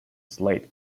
slade